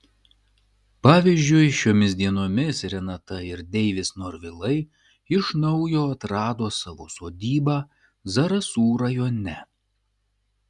pavyzdžiui šiomis dienomis renata ir deivis norvilai iš naujo atrado savo sodybą zarasų rajone